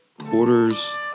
Quarters